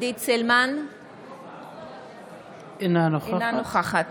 אינה נוכחת